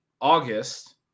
August